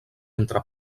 entre